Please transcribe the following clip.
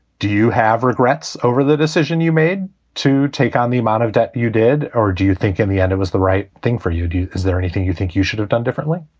do you have regrets over the decision you made to take on the amount of debt you did? or do you think in the end it was the right thing for you to do? is there anything you think you should have done differently?